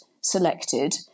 selected